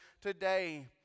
today